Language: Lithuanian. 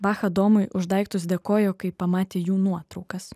bacha domui už daiktus dėkojo kai pamatė jų nuotraukas